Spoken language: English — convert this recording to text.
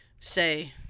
say